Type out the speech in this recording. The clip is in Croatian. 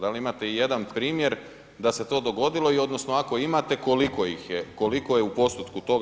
Da li imate ijedan primjer da se to dogodilo i odnosno ako imate koliko ih je, koliko je u postotku toga?